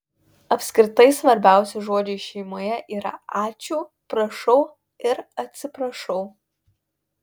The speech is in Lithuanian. apskritai svarbiausi žodžiai šeimoje yra ačiū prašau ir atsiprašau